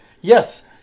Yes